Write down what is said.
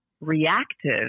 reactive